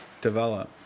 develop